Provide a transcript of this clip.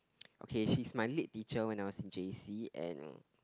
okay she's my lead teacher when I was in j_c and